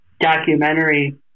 documentary